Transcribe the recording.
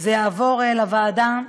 וזה יעבור לוועדה,